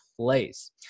place